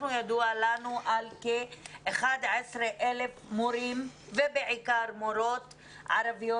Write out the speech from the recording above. ידוע לנו על כ-11,000 מורים ובעיקר מורות ערביות